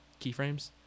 Keyframes